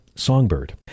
Songbird